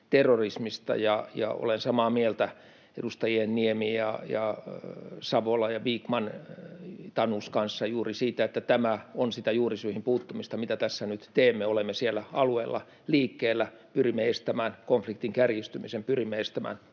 terrorismista. Olen samaa mieltä edustajien Niemi ja Savola, Vikman ja Tanus kanssa juuri siitä, että tämä on sitä juurisyihin puuttumista, mitä tässä nyt teemme. Olemme siellä alueella liikkeellä, pyrimme estämään konfliktin kärjistymisen, pyrimme estämään